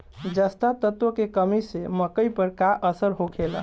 जस्ता तत्व के कमी से मकई पर का असर होखेला?